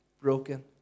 broken